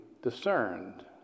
discerned